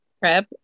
prep